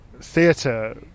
theatre